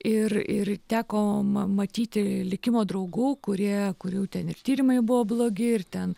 ir ir teko ma matyti likimo draugų kurie kurių ten ir tyrimai buvo blogi ir ten